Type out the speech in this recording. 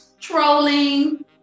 trolling